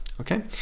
Okay